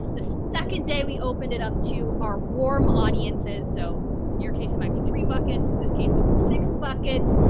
second day we opened it up to our warm audiences. so in your case it might be three buckets. this case it was six buckets.